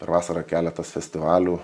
per vasarą keletas festivalių